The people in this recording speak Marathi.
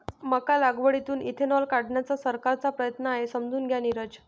मका लागवडीतून इथेनॉल काढण्याचा सरकारचा प्रयत्न आहे, समजून घ्या नीरज